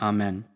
Amen